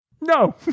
No